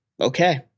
okay